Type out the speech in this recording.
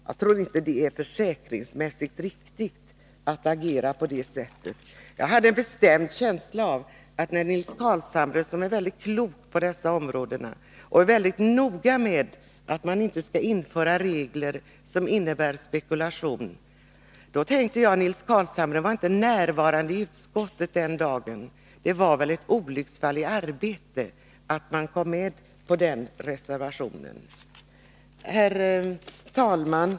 Jag tror inte det är försäkringsmässigt riktigt att agera på det sättet. Nils Carlshamre är mycket klok i dessa frågor, och han är mycket noga med att man inte skall införa regler som möjliggör spekulation. Jag hade en bestämd känsla av att Nils Carlshamre inte var närvarande i utskottet den dagen — det var väl ett olycksfall i arbetet att komma med på den reservationen? Herr talman!